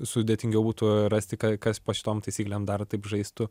sudėtingiau būtų rasti ka kas po šitom taisyklėm dar taip žaistų